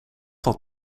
dat